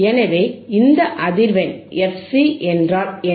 எனவே இந்த அதிர்வெண் fc என்றால் என்ன